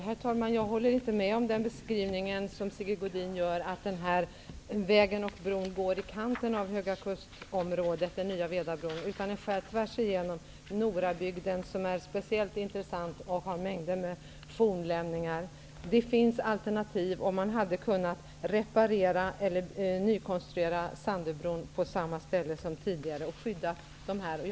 Herr talman! Jag håller inte med om den beskrivning Sigge Godin gör. Han menar att den nya vägen och den nya Vedabron går i kanten av Höga kust-området. De skär tvärs igenom Norabygden, som är speciellt intressant och har mängder med fornlämningar. Det finns alternativ. Man hade kunnat reparera eller nykonstruera Sandöbron på samma ställe som tidigare och skydda dessa områden.